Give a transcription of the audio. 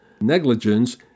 Negligence